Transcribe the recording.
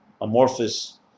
amorphous